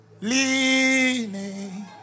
leaning